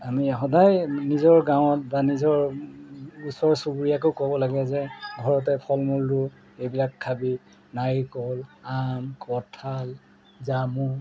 আমি সদায় নিজৰ গাঁৱত বা নিজৰ ওচৰ চুবুৰীয়াকো ক'ব লাগে যে ঘৰতে ফল মূল ৰো এইবিলাক খাবি নাৰিকল আম কঁঠাল জামু